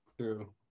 True